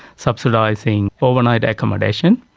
subsidising overnight accommodation.